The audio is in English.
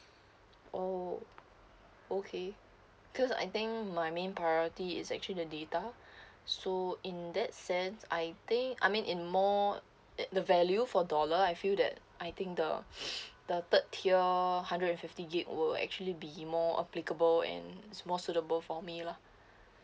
oh okay because I think my main priority is actually the data so in that sense I think I mean in more that the value for dollar I feel that I think the the third tier hundred and fifty G_B will actually be more applicable and it's more suitable for me lah